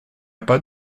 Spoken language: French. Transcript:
pas